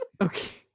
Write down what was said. Okay